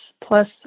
plus